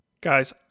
Guys